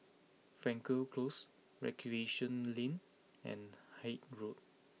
Frankel Close Recreation Lane and Haig Road